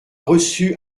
reçu